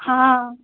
हँ